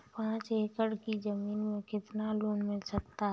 पाँच एकड़ की ज़मीन में कितना लोन हो सकता है?